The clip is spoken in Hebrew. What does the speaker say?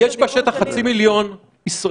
אבל, תמר, יש בטח חצי מיליון ישראלים,